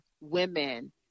women